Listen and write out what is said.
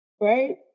right